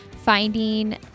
finding